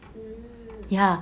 mm